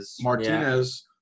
Martinez